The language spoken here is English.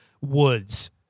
woods